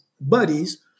buddies